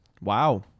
Wow